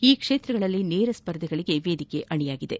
ಈ ಕ್ಷೇತ್ರಗಳಲ್ಲಿ ನೇರ ಸ್ಪರ್ಧಿಗಳಗೆ ವೇದಿಕೆ ಅಣಿಯಾಗಿದೆ